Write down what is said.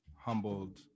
humbled